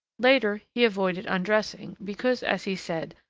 later he avoided undressing, because, as he said,